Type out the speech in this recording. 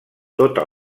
tota